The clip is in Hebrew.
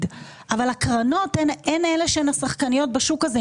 אבל הקרנות הן אלה שהן השחקניות בשוק הזה,